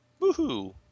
Woohoo